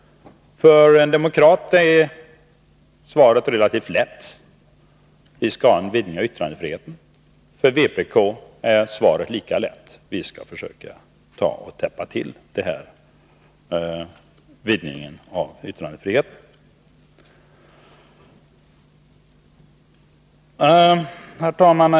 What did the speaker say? För demokrater är svaret relativt lätt: Vi skall vidga yttrandefriheten. För vpk är svaret lika lätt: Vi skall försöka täppa till vidgningen av yttrandefriheten. Herr talman!